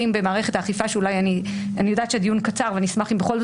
במערכת האכיפה ואני יודעת שהדיון קצר אבל אני אשמח שבכל זאת